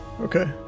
Okay